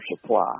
supply